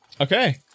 Okay